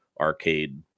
Arcade